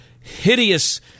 hideous